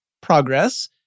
progress